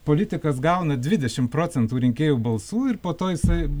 politikas gauna dvidešim procentų rinkėjų balsų ir po to jisai